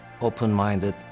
open-minded